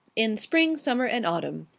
in spring, summer, and autumn.